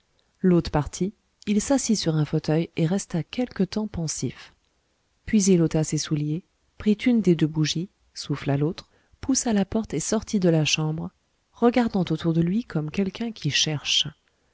l'hôte parti il s'assit sur un fauteuil et resta quelque temps pensif puis il ôta ses souliers prit une des deux bougies souffla l'autre poussa la porte et sortit de la chambre regardant autour de lui comme quelqu'un qui cherche